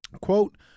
quote